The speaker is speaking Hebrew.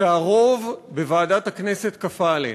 שהרוב בוועדת הכנסת כפה עלינו.